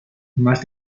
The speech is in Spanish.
más